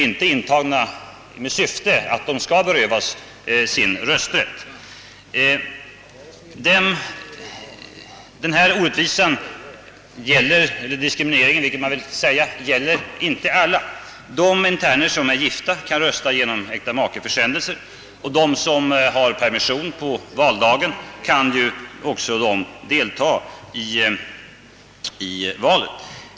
Denna diskriminering gäller inte alla. De interner som är gifta kan rösta genom äktamakeförsändelse och de som har permission på valdagen kan också deltaga i valen.